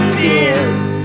tears